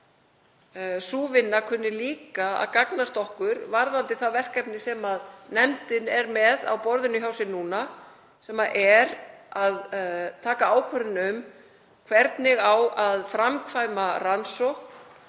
held að sú vinna kunni líka að gagnast okkur varðandi það verkefni sem nefndin er með á borðinu hjá sér núna, sem er að taka ákvörðun um hvernig á að framkvæma rannsókn